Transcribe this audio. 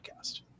podcast